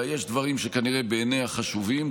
אלא יש דברים שכנראה בעיניה חשובים,